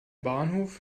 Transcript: bahnhof